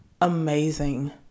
amazing